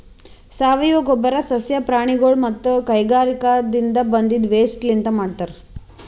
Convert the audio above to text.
ಸಾವಯವ ಗೊಬ್ಬರ್ ಸಸ್ಯ ಪ್ರಾಣಿಗೊಳ್ ಮತ್ತ್ ಕೈಗಾರಿಕಾದಿನ್ದ ಬಂದಿದ್ ವೇಸ್ಟ್ ಲಿಂತ್ ಮಾಡಿರ್ತರ್